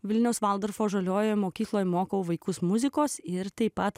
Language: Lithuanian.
vilniaus valdorfo žaliojoje mokykloje mokau vaikus muzikos ir taip pat